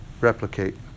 replicate